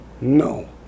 No